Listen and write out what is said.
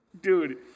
Dude